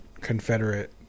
Confederate